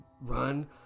run